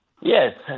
Yes